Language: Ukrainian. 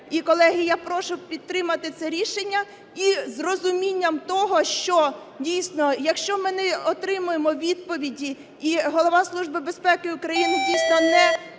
колеги, я прошу підтримати це рішення і з розумінням того, що дійсно, якщо ми не отримуємо відповіді, і Голова Служби безпеки України дійсно не